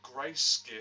grace